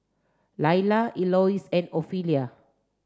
Laila Elois and Ofelia